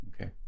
okay